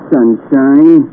Sunshine